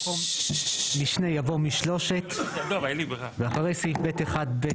במקום 'משני' יבוא 'משלושת' ואחרי סעיף (ב1)(1)(ב)